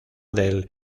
del